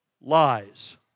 lies